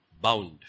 Bound